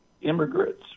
immigrants